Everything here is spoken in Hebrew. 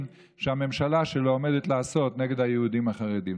שהממשלה שלו עומדת לעשות נגד היהודים החרדים.